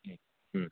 उम